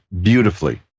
beautifully